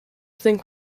think